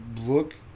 look